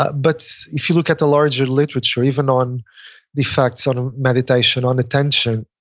ah but if you look at the larger literature, even on the effects on meditation on attention,